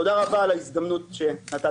תודה רבה על ההזדמנות שנתתם לי לדבר.